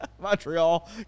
Montreal